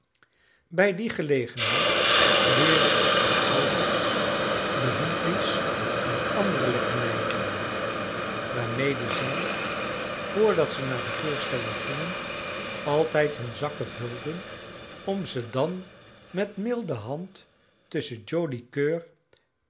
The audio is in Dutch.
bij die gelegenheid leerde ik de albert's de huntley's en andere lekkernijen kennen waarmede zij vr dat ze naar de voorstelling gingen altijd hun zakken vulden om ze dan met milde hand tusschen